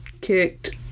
kicked